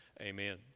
Amen